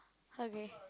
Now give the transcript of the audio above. okay